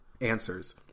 answers